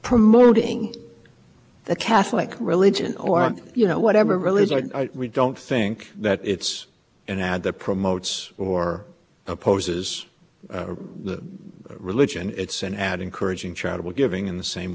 promoting the catholic religion or you know whatever religion i don't think that it's an ad that promotes or opposes the religion it's an ad encouraging charitable giving in the same